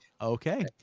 Okay